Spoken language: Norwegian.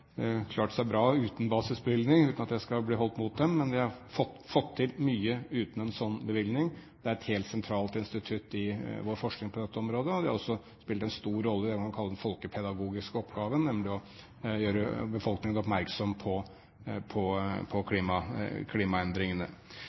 bra uten basisbevilgning, uten at det skal bli holdt mot dem. De har fått til mye uten en sånn bevilgning. Det er et helt sentralt institutt i vår forskning på dette området, og det har også spilt en stor rolle i det man kan kalle den folkepedagogiske oppgaven, nemlig å gjøre befolkningen oppmerksom på